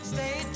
Stay